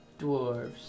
dwarves